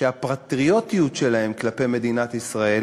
שהפטריוטיות שלהם כלפי מדינת ישראל